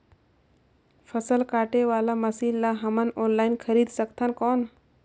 फसल काटे वाला मशीन ला हमन ऑनलाइन खरीद सकथन कौन?